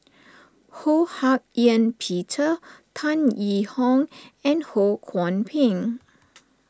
Ho Hak Ean Peter Tan Yee Hong and Ho Kwon Ping